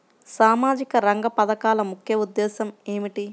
సామాజిక రంగ పథకాల ముఖ్య ఉద్దేశం ఏమిటీ?